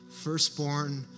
firstborn